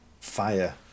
Fire